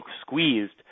squeezed